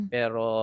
Pero